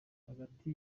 hagati